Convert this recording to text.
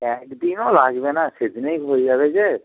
একদিনও লাগবে না সেদিনেই হয়ে যাবে যে